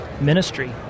ministry